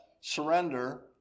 surrender